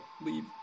leave